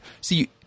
see